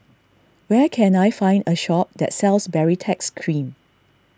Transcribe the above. where can I find a shop that sells Baritex Cream